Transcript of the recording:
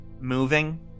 moving